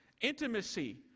intimacy